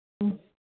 હમ